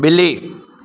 बि॒ली